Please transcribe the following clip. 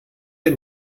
der